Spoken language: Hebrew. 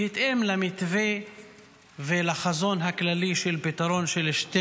בהתאם למתווה ולחזון הכללי של פתרון של שתי